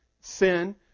sin